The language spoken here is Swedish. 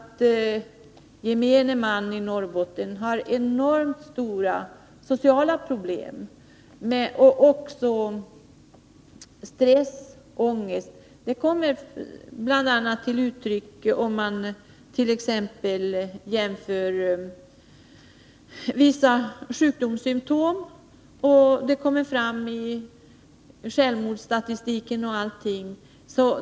Gemene man i Norrbotten har enormt stora sociala problem och lider av stress och ångest. Det kommer bl.a. till uttryck när man jämför vissa sjukdomssymtom, och det kommer fram i självmordsstatistiken.